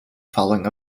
following